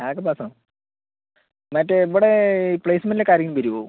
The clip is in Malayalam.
അതൊക്കെ പാസ്സാകും മറ്റേ ഇവിടെ ഈ പ്ലേസ്മെന്റിലൊക്കെ ആരെങ്കിലും വരുമോ